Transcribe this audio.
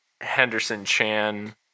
Henderson-Chan